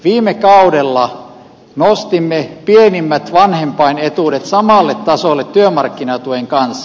viime kaudella nostimme pienimmät vanhempainetuudet samalle tasolle työmarkkinatuen kanssa